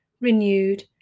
renewed